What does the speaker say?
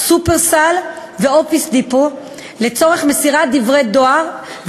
"שופרסל" ו"אופיס דיפו" לצורך מסירת דברי דואר,